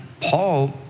Paul